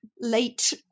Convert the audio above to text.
late